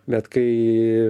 bet kai